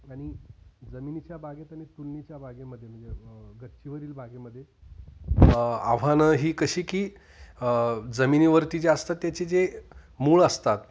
आणि जमिनीच्या बागेत आणि कुंडीच्या बागेमध्ये म्हणजे गच्चीवरील बागेमध्ये आव्हानं ही कशी की जमिनीवरती जे असतात त्याचे जे मूळ असतात